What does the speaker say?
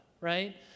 right